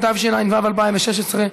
התשע"ו 2016,